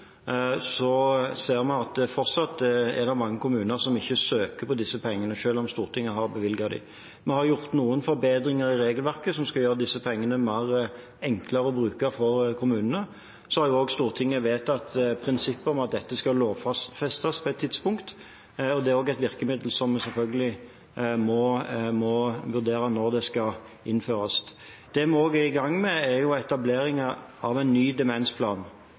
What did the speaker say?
ser vi at det fortsatt er mange kommuner som ikke søker om disse pengene, selv om Stortinget har bevilget dem. Vi har gjort noen forbedringer i regelverket som skal gjøre disse pengene enklere å bruke for kommunene. Stortinget har også vedtatt prinsippet om at dette skal lovfestes på et tidspunkt, og det er selvfølgelig også et virkemiddel man må vurdere når skal innføres. Det vi også er i gang med, er etableringen av en ny demensplan.